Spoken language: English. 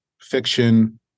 fiction